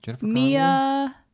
Mia